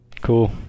Cool